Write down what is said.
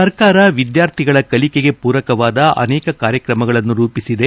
ಸರ್ಕಾರವು ವಿದ್ಯಾರ್ಥಿಗಳ ಕಲಿಕೆಗೆ ಪೂರಕವಾದ ಅನೇಕ ಕಾರ್ಯಕ್ರಮಗಳನ್ನು ರೂಪಿಸಿದೆ